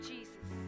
Jesus